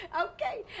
Okay